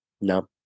no